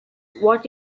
what